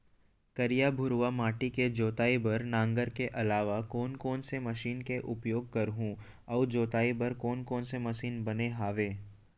करिया, भुरवा माटी के जोताई बर नांगर के अलावा कोन कोन से मशीन के उपयोग करहुं अऊ जोताई बर कोन कोन से मशीन बने हावे?